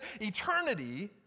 eternity